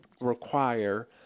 require